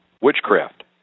witchcraft